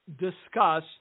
discuss